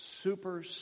super